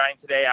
today